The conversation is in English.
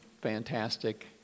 fantastic